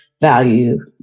value